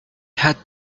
had